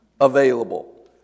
available